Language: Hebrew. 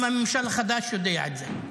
גם הממשל החדש יודע את זה.